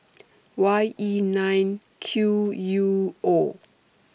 Y E nine Q U O